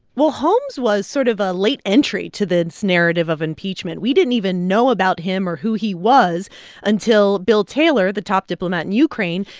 well, holmes was sort of a late entry to this narrative of impeachment. we didn't even know about him or who he was until bill taylor, the top diplomat in ukraine,